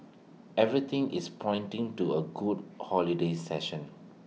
everything is pointing to A good holiday session